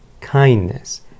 kindness